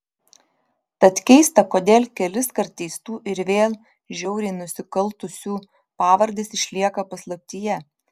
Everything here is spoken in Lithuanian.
tad keista kodėl keliskart teistų ir vėl žiauriai nusikaltusių pavardės išlieka paslaptyje